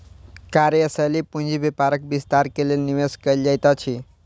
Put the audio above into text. कार्यशील पूंजी व्यापारक विस्तार के लेल निवेश कयल जाइत अछि